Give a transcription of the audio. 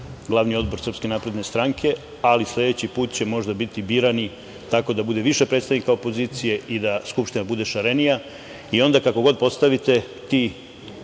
glavni odbor SNS, ali sledeći put će možda biti birani tako da bude više predstavnika opozicije i da Skupština bude šarenija i onda kako god postavite ti